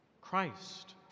Christ